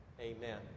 amen